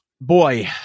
Boy